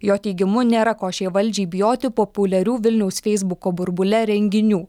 jo teigimu nėra ko šiai valdžiai bijoti populiarių vilniaus feisbuko burbule renginių